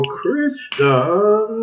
Christian